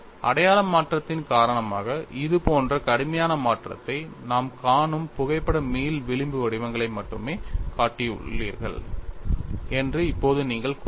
அடையாள மாற்றத்தின் காரணமாக இதுபோன்ற கடுமையான மாற்றத்தை நாம் காணும் புகைப்பட மீள் விளிம்பு வடிவங்களை மட்டுமே காட்டியுள்ளீர்கள் என்று இப்போது நீங்கள் கூறலாம்